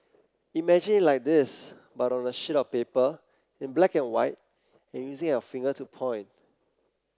imagine it like this but on a sheet of paper in black and white and using your finger to point